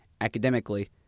academically